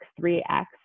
3x